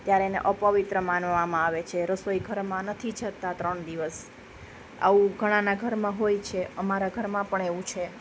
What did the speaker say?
ત્યારે એને અપવિત્ર માનવામાં આવે છે રસોઈઘરમાં નથી જતા ત્રણ દિવસ આવું ઘણાંના ઘરમાં હોય છે અમારા ઘરમાં પણ એવું છે